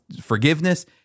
forgiveness